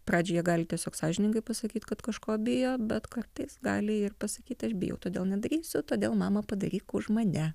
pradžioj jie gali tiesiog sąžiningai pasakyt kad kažko bijo bet kartais gali ir pasakyti aš bijau todėl nedarysiu todėl mama padaryk už mane